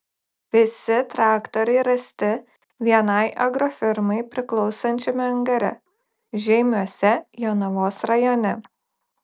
visi traktoriai rasti vienai agrofirmai priklausančiame angare žeimiuose jonavos rajone